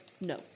no